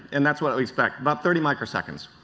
and that's what we expect, about thirty micro seconds.